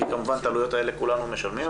כי כמובן את העלויות האלה כולנו משלמים,